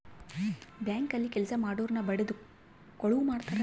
bank ಅಲ್ಲಿ ಕೆಲ್ಸ ಮಾಡೊರ್ನ ಬಡಿದು ಕಳುವ್ ಮಾಡ್ತಾರ